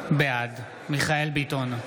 בעד מיכאל ביטון,